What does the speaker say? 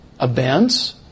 events